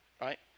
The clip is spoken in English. right